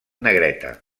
negreta